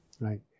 Right